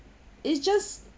it just